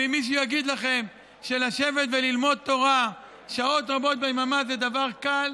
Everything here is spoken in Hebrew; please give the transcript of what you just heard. ומי שיגיד לכם שלשבת וללמוד תורה שעות רבות ביממה זה דבר קל,